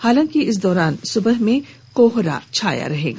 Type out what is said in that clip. हालांकि इस दौरान सुबह में कोहरा छाई रहेगी